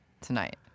tonight